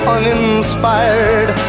Uninspired